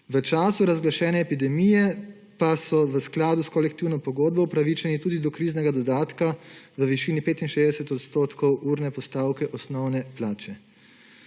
V času razglašene epidemije pa so v skladu s kolektivno pogodbo upravičeni tudi do kriznega dodatka v višini 65 % urne postavke osnovne plače.